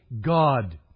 God